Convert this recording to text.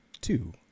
two